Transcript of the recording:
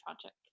tragic